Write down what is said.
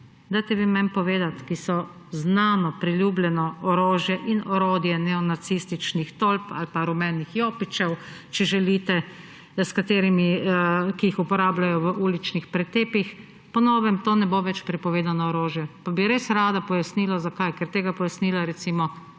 teleskopske palice, ki so znano priljubljeno orožje in orodje neonacističnih tolp ali pa rumenih jopičev, če želite, ki jih uporabljajo v uličnih pretepih. Po novem to ne bo več prepovedano orožje. Pa bi res rada, pojasnilo, zakaj, ker tega pojasnila recimo